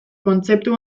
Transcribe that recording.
kontzeptu